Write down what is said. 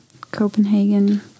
Copenhagen